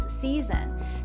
season